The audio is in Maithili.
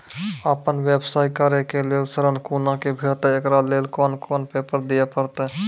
आपन व्यवसाय करै के लेल ऋण कुना के भेंटते एकरा लेल कौन कौन पेपर दिए परतै?